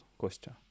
Kostya